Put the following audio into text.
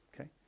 okay